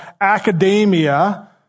academia